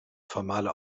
formale